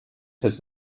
said